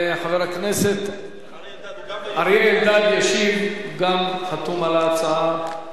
חבר הכנסת אריה אלדד ישיב, גם הוא חתום על ההצעה.